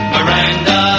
Miranda